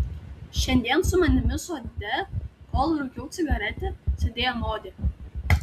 šiandien su manimi sode kol rūkiau cigaretę sėdėjo modė